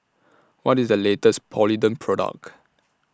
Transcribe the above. What IS The latest Polident Product